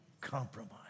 compromise